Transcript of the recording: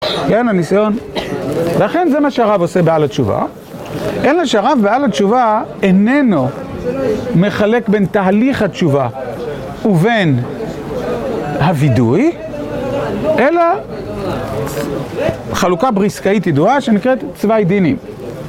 יאללה, ניסיון. לכן זה מה שהרב עושה בעל התשובה, אלא שהרב בעל התשובה איננו מחלק בין תהליך התשובה ובין הווידוי, אלא חלוקה בריסקאית ידועה שנקראת צווי דינים.